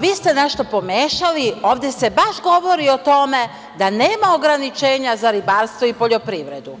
vi ste nešto pomešali, ovde se baš govori o tome da nema ograničenja za ribarstvo i poljoprivredu.